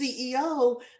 CEO